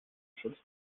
schutz